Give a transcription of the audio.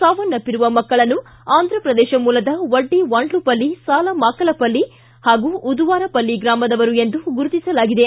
ಸಾವನ್ನಪ್ಪಿರುವ ಮಕ್ಕಳನ್ನು ಆಂಧ್ರಪ್ರದೇಶ ಮೂಲದ ವಡ್ಡಿವಾಂಡ್ಲುಪಲ್ಲಿ ಸಾಲ ಮಾಕಲಪಲ್ಲಿ ಹಾಗೂ ಉದುವಾರಪಲ್ಲಿ ಗ್ರಾಮದವರು ಎಂದು ಗುರುತಿಸಲಾಗಿದೆ